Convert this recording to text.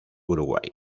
uruguay